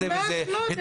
ממש לא.